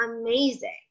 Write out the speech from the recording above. amazing